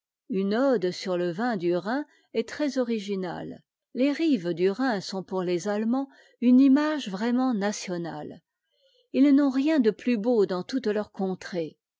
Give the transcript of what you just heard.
une ode sur le vin du rhin est très originale les rives du rhin sont pour les allemands uneimage vraiment nationale ils n'ont rien de plus beau dans toute leur contrée